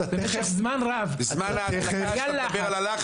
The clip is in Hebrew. אני נכנסתי פנימה, לא היה שם אף אחד במשך זמן רב.